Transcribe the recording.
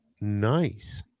nice